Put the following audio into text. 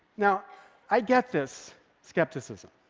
now i get this skepticism.